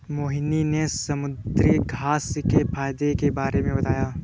मोहिनी ने समुद्रघास्य के फ़ायदे के बारे में बताया